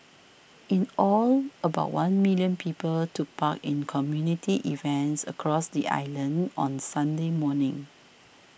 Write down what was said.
in all about one million people took part in community events across the island on Sunday morning